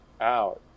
out